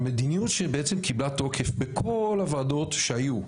המדינית שבעצם קיבלה תוקף בכל הוועדות שהיו,